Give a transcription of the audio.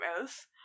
else